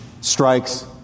strikes